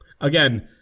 Again